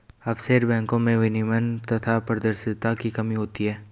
offshore बैंको में विनियमन तथा पारदर्शिता की कमी होती है